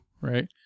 right